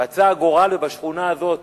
רצה הגורל ובשכונה הזאת,